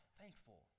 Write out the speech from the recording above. thankful